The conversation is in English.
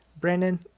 Brandon